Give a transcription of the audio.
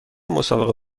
مسابقه